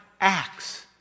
acts